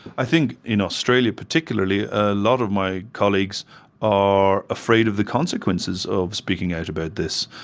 i think in australia particularly a lot of my colleagues are afraid of the consequences of speaking out about this.